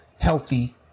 healthy